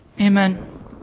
Amen